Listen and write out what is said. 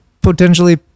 potentially